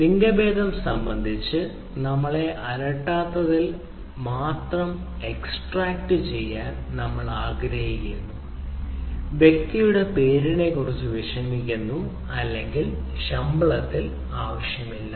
ലിംഗഭേദം സംബന്ധിച്ച് നമ്മളെ അലട്ടാത്തതിനാൽ മാത്രം എക്സ്ട്രാക്റ്റുചെയ്യാൻ നമ്മൾ ആഗ്രഹിക്കുന്നു വ്യക്തിയുടെ പേരിനെക്കുറിച്ച് വിഷമിക്കുന്നു അല്ലെങ്കിൽ ശമ്പളത്തിൽ ആവശ്യമില്ല